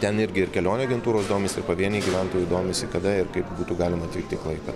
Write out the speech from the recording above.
ten irgi ir kelionių agentūros domisi ir pavieniai gyventojai domisi kada ir kaip būtų galima atvykti į klaipė